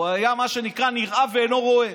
הוא היה מה שנקרא רואה ואינו נראה.